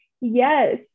Yes